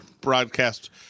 broadcast